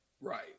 Right